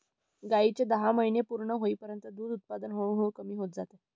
गायीचे दहा महिने पूर्ण होईपर्यंत दूध उत्पादन हळूहळू कमी होत जाते